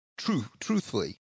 truthfully